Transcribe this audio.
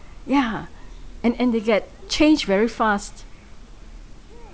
yeah and and they get change very fast